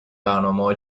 برنامهها